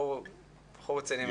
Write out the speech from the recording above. בחור רציני מאוד.